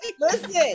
Listen